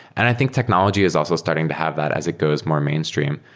and i think technology is also starting to have that as it goes more mainstream.